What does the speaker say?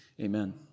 Amen